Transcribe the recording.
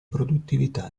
produttività